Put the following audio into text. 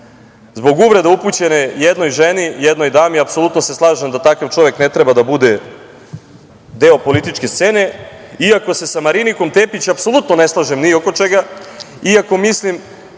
Zbog uvreda upućenih jednoj ženi, jednoj dami, apsolutno se slažem da takav čovek ne treba da bude deo političke scene, iako se sa Marinikom Tepić apsolutno ne slažem ni oko čega, iako mislim